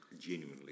genuinely